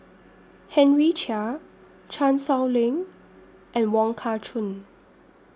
Henry Chia Chan Sow Lin and Wong Kah Chun